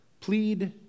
Plead